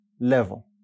level